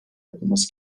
yapılması